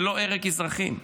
זה לא הרג אזרחים,